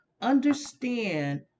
understand